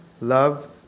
love